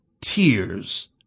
Tears